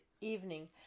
evening